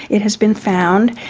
it has been found,